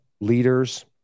leaders